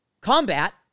combat